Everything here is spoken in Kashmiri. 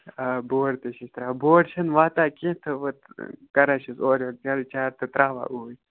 آ بورڈ تہِ چھِ أسۍ ترٛاوان بورڈ چھِنہٕ واتان کیٚنٛہہ تہٕ وۅنۍ کَران چھِس اورٕ یورٕ جَل چارٕ تہٕ ترٛاوان اوٗرۍ